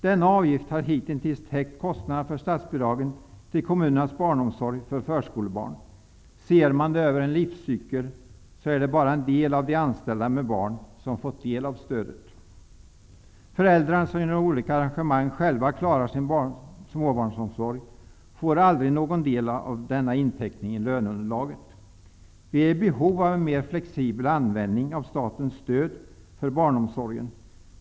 Denna avgift har hitintills täckt kostnaderna för statsbidragen till kommunernas barnomsorg. Om man ser det hela över en livscykel, är det bara en del av de anställda med barn som fått del av stödet. Föräldrar som genom olika arrangemang själva klarar sin småbarnsomsorg får aldrig någon del av denna inteckning i löneunderlaget. Vi är i behov av en mera flexibel användning av statens stöd för barnomsorgen.